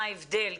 מה ההבדל?